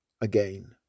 again